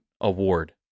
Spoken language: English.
award